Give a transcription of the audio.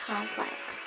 Complex